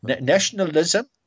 nationalism